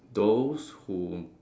those who